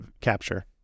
capture